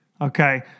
okay